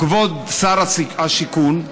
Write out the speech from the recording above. כבוד שר השיכון,